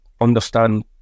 understand